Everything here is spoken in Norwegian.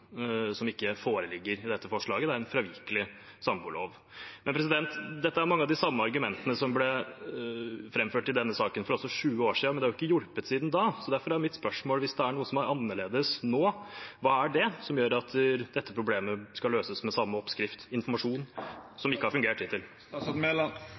som ikke foreligger i dette forslaget. Det er en fravikelig samboerlov. Dette er mange av de samme argumentene som ble framført i denne saken for 20 år siden, og det har ikke hjulpet. Derfor er mitt spørsmål: Hvis noe er annerledes nå, hva er det som gjør at dette problemet skal løses med samme oppskrift, informasjon,